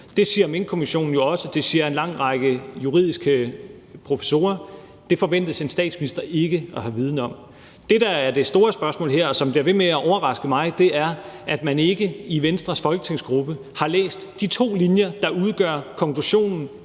Der siger Minkkommissionen og en lang række juridiske professorer jo også, at det forventes en statsminister ikke at have viden om. Det, der er det store spørgsmål her, og som bliver ved med at overraske mig, er, at man ikke i Venstres folketingsgruppe har læst de to linjer, der udgør konklusionen